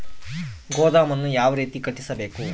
ಗೋದಾಮನ್ನು ಯಾವ ರೇತಿ ಕಟ್ಟಿಸಬೇಕು?